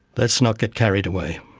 let's not get carried away.